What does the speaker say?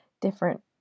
different